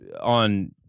on